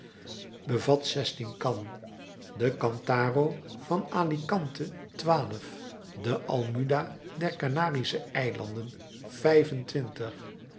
bevat zestien kan de cantaro van alicante twaalf de almuda der kanarische eilanden vijfentwintig